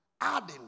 adding